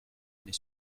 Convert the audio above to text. année